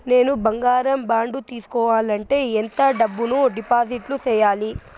నేను బంగారం బాండు తీసుకోవాలంటే ఎంత డబ్బును డిపాజిట్లు సేయాలి?